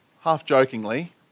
half-jokingly